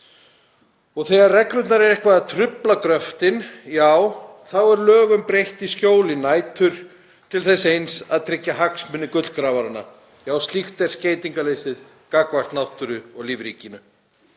Þegar reglurnar eiga eitthvað að trufla gröftinn þá er lögum breytt í skjóli nætur til þess eins að tryggja hagsmuni gullgrafara. Já, slíkt er skeytingarleysið gagnvart náttúru og lífríkinu.